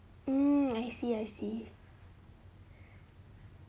mm I see I see